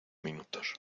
minutos